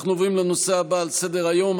אנחנו עובדים לנושא הבא על סדר-היום,